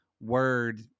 word